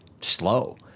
slow